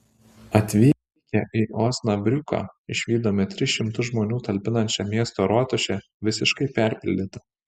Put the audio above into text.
atvykę į osnabriuką išvydome tris šimtus žmonių talpinančią miesto rotušę visiškai perpildytą